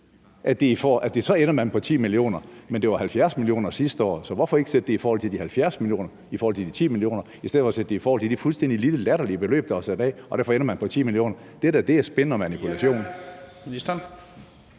så ender på 10 mio. kr. Men det var 70 mio. kr. sidste år. Så hvorfor ikke sætte det i forhold til de 70 mio. kr. i stedet for at sætte det i forhold til det fuldstændig latterligt lille beløb, der var sat af, og derfor ender man på 10 mio. kr.? Det er da spin og manipulation.